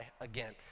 again